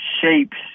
shapes